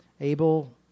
Abel